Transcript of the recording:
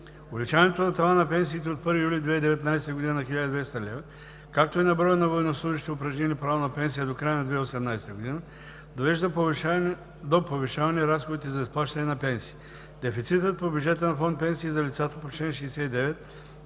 Увеличението на тавана на пенсиите от 1 юли 2019 г. на 1200 лв., както и на броя на военнослужещите, упражнили право на пенсия до края на 2018 г., довежда до повишаване разходите за изплащане на пенсии. Дефицитът по бюджета на фонд „Пенсии за лицата по чл. 69“ от